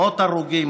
מאות הרוגים,